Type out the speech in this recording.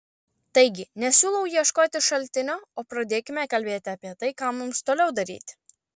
taigi nesiūlau ieškoti šaltinio o pradėkime kalbėti apie tai ką mums toliau daryti